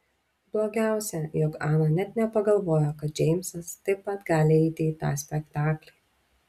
blogiausia jog ana net nepagalvojo kad džeimsas taip pat gali eiti į tą spektaklį